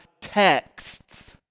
texts